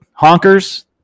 Honkers